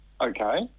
okay